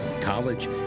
college